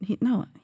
No